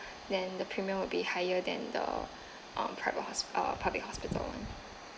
then the premium would be higher than the uh private hos~ uh public hospital